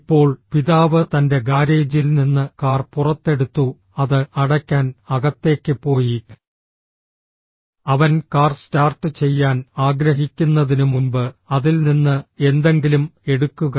ഇപ്പോൾ പിതാവ് തന്റെ ഗാരേജിൽ നിന്ന് കാർ പുറത്തെടുത്തു അത് അടയ്ക്കാൻ അകത്തേക്ക് പോയി അവൻ കാർ സ്റ്റാർട്ട് ചെയ്യാൻ ആഗ്രഹിക്കുന്നതിനുമുമ്പ് അതിൽ നിന്ന് എന്തെങ്കിലും എടുക്കുക